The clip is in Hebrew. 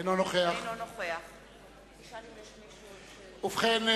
אינו נוכח ובכן,